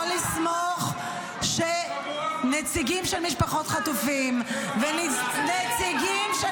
כל אחד בבית הזה יכול לסמוך שמנציגים של משפחות חטופים ומנציגים של